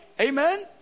Amen